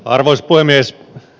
arvoisa puhemies